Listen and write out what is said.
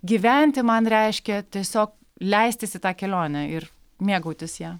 gyventi man reiškia tiesiog leistis į tą kelionę ir mėgautis ja